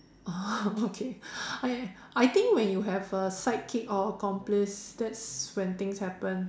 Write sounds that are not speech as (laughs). oh (laughs) okay I I think when you have a sidekick or accomplice that's when things happen